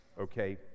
okay